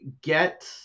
get